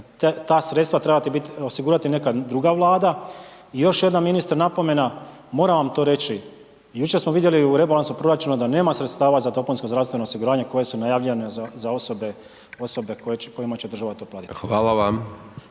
ta sredstva trebati biti, osigurati neka druga Vlada. I još jedna, ministre, napomena, moram vam to reći. Jučer smo vidjeli u rebalansu proračuna da nema sredstava za dopunsko zdravstveno osiguranje koje su najavljivane za osobe kojima će država to platiti. **Hajdaš